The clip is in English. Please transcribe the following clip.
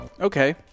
Okay